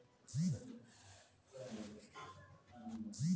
ಸಾರ್ವಜನಿಕ ಹಣಕಾಸು ಆರ್ಥಿಕತೆಯಲ್ಲಿ ಸರ್ಕಾರದ ಪಾತ್ರದ ಅಧ್ಯಯನವಾಗೈತೆ ಎಂದು ಹೇಳಬಹುದು